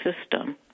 system